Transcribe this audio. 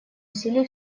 усилий